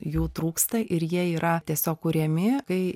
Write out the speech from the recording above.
jų trūksta ir jie yra tiesiog kuriami kai